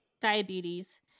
diabetes